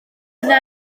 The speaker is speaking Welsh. yna